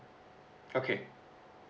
okay